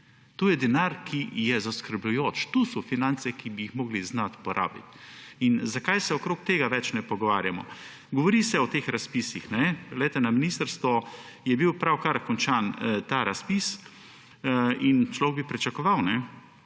To je denar, ki je zaskrbljujoč. Tu so finance, ki bi jih morali znati porabiti. Zakaj se okrog tega več ne pogovarjamo? Govori se o teh razpisih. Na ministrstvu je bil pravkar končan ta razpis in človek bi pričakoval,